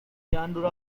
byandura